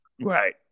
Right